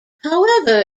however